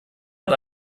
hat